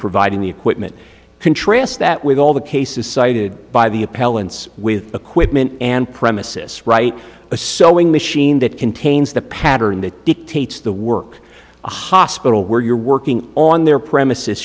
providing the equipment contrast that with all the cases cited by the appellants with equipment and premises right a sewing machine that contains the pattern that dictates the work a hospital where you're working on their premises